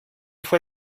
fue